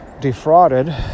defrauded